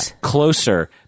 Closer